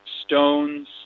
stones